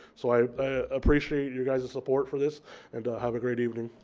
so i appreciate your guys' support for this and have a great evening.